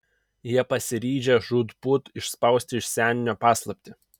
jie pasiryžę žūtbūt išspausti iš senio paslaptį